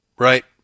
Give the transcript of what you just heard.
Right